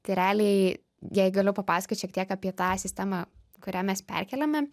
tai realiai jei galiu papasakot šiek tiek apie tą sistemą kurią mes perkėlėme